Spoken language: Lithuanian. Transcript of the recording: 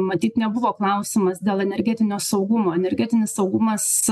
matyt nebuvo klausimas dėl energetinio saugumo energetinis saugumas